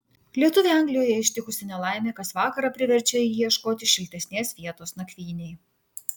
lietuvį anglijoje ištikusi nelaimė kas vakarą priverčia jį ieškoti šiltesnės vietos nakvynei